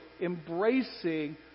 embracing